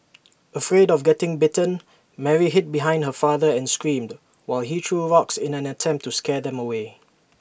afraid of getting bitten Mary hid behind her father and screamed while he threw rocks in an attempt to scare them away